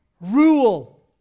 rule